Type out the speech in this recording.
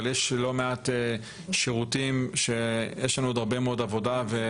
אבל יש לא מעט שירותים שיש לנו עוד הרבה מאוד עבודה איתם,